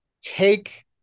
take